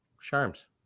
Charms